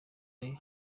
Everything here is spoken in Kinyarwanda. ari